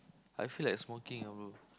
I feel like smoking ah bro